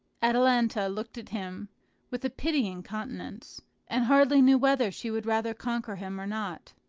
atalanta looked at him with a pitying countenance, and hardly knew whether she would rather conquer him or not.